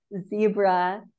zebra